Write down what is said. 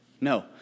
No